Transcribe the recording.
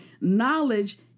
knowledge